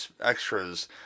extras